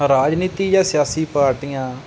ਰਾਜਨੀਤੀ ਜਾਂ ਸਿਆਸੀ ਪਾਰਟੀਆਂ